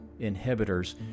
inhibitors